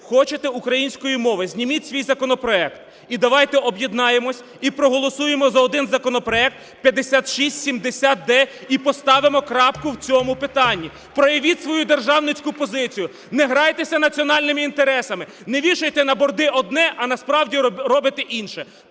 хочете української мови – зніміть свій законопроект і давайте об'єднаємося, і проголосуємо за один законопроект 5670-д, і поставимо крапку в цьому питанні. Проявіть свою державницьку позицію. Не грайтеся національними інтересами. На вішайте на борди одне, а насправді робите інше.